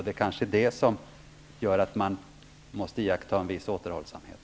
Det är kanske det som gör att man måste iaktta en viss återhållsamhet.